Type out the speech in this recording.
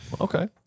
Okay